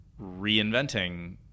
reinventing